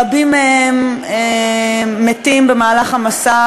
רבים מהם מתים במהלך המסע,